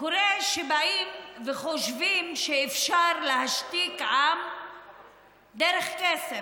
קורה שבאים וחושבים שאפשר להשתיק עם דרך כסף.